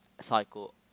cycle